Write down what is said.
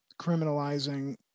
criminalizing